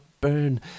burn